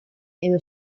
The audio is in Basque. edo